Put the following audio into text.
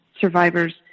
survivors